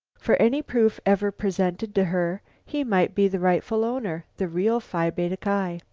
for any proof ever presented to her, he might be the rightful owner, the real phi beta ki.